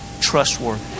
trustworthy